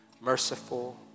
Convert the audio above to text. merciful